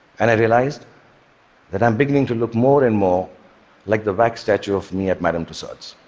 and i realized that i'm beginning to look more and more like the wax statue of me at madame tussaud's.